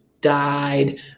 died